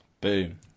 Boom